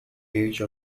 age